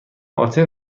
آتن